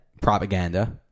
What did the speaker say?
Propaganda